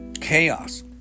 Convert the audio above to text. chaos